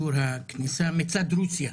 באישור הכניסה מצד רוסיה.